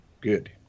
Good